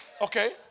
okay